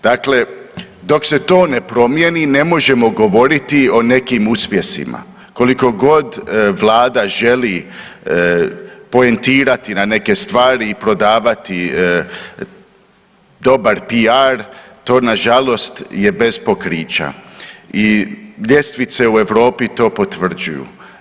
Dakle, dok se to ne promijeni ne možemo govoriti o nekim uspjesima koliko god vlada želi poentirati na neke stvari i prodavati dobar piar to nažalost je bez pokrića i ljestvice u Europi to potvrđuju.